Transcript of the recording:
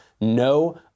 no